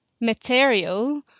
material